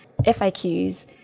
FAQs